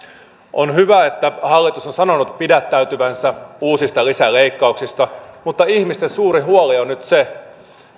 on hyvä että hallitus on sanonut pidättäytyvänsä uusista lisäleikkauksista mutta ihmisten suuri huoli on nyt se